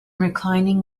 reclining